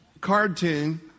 cartoon